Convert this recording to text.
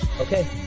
Okay